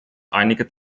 einige